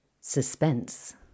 suspense